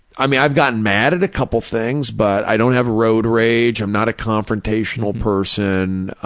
i mean i've gotten mad at a couple of things, but i don't have road rage, i'm not a confrontational person,